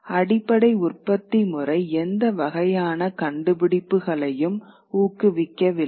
அடிப்படை உற்பத்தி முறை எந்த வகையான கண்டுபிடிப்புகளையும் ஊக்குவிக்கவில்லை